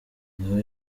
niho